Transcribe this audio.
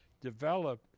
develop